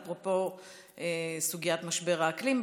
אפרופו סוגיית משבר האקלים,